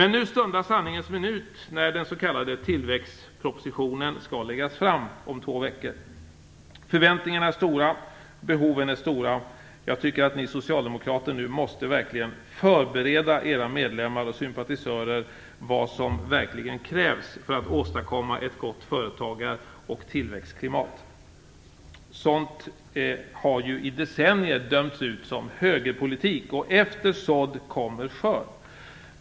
Men nu stundar sanningens minut när den s.k. tillväxtpropositionen skall läggas fram om två veckor. Förväntningarna är stora, liksom behoven. Jag tycker att ni socialdemokrater nu verkligen måste förbereda era medlemmar och sympatisörer på vad som verkligen krävs för att åstadkomma ett gott företagar och tillväxtklimat. Sådant har i decennier dömts ut som högerpolitik, och efter sådd kommer skörd.